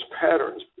patterns